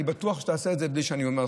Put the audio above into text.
אני בטוח שתעשה את זה בלי שאני אומר לך,